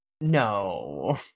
No